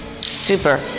Super